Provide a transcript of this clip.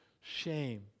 shame